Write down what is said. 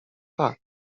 tak